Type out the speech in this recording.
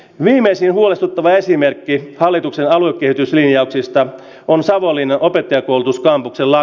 viimeisin huolestuttava esimerkki hallituksen halua kehityslinjauksista on savonlinna opettajakoulutus kampuksella